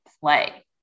play